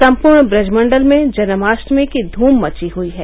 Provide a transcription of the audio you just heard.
सम्पूर्ण ब्रजमण्डल में जन्माष्टमी की धूम मची हयी है